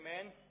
amen